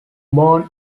born